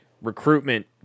recruitment